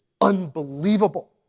unbelievable